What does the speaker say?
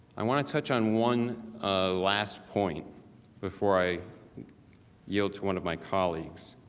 i want to touch on one last point before i yield to one of my colleagues.